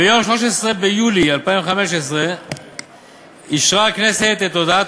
ביום 13 ביולי 2015 אישרה הכנסת את הודעת